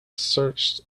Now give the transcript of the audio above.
searched